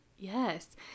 Yes